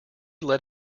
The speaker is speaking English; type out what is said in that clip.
let